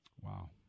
Wow